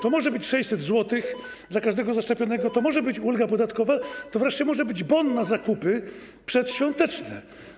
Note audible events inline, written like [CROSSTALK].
To może być 600 zł [NOISE] dla każdego zaszczepionego, to może być ulga podatkowa, to wreszcie może być bon na zakupy przedświąteczne.